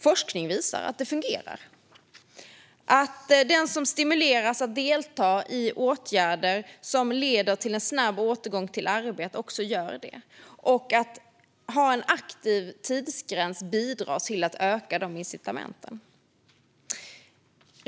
Forskning visar att det fungerar: Den som stimuleras att delta i åtgärder som leder till en snabb återgång i arbete kommer också i arbete, och att ha en aktiv tidsgräns bidrar till att öka incitamenten.